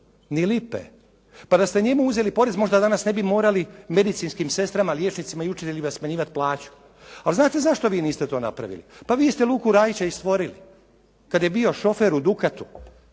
ni lipe. Pa da ste njemu uzeli porez možda danas ne bi morali medicinskim sestrama, liječnicima i učiteljima smanjivati plaću. Ali znate zašto vi niste to napravili? Pa vi ste Luku Rajića i stvorili kad je bio šofer u Dukatu